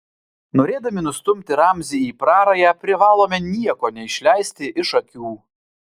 norėdami nustumti ramzį į prarają privalome nieko neišleisti iš akių